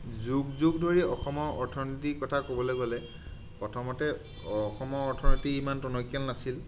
যুগ যুগ ধৰি অসমৰ অৰ্থনীতি কথা ক'বলৈ গ'লে প্ৰথমতে অসমৰ অৰ্থনীতি ইমান টনকিয়াল নাছিল